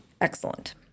Excellent